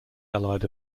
allied